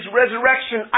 resurrection